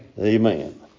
Amen